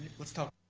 let's talk.